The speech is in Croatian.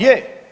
Je.